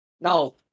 Now